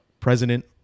president